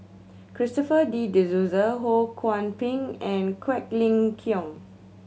Christopher De Souza Ho Kwon Ping and Quek Ling Kiong